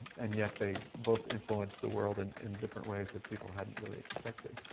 and yet they both influenced the world and in different ways that people hadn't really expected.